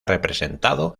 representado